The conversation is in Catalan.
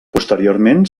posteriorment